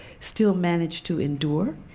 still manage to endure.